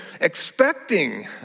expecting